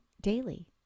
daily